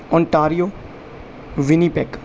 Ontario Winnipeg